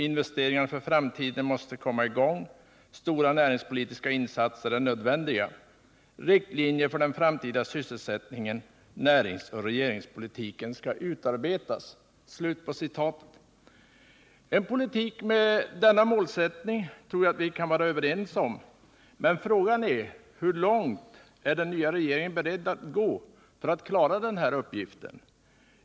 —-—- Investeringarna för framtiden måste komma i gång. Stora näringspolitiska insatser är nödvändiga. Riktlinjer för den framtida sysselsättningen, näringsoch regionalpolitiken skall utarbetas.” En politik med denna målsättning tror jag att vi kan vara överens om, men frågan är: Hur långt är den nya regeringen beredd att gå för att klara denna uppgift?